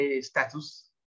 status